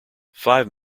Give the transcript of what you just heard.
five